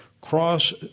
cross